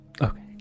Okay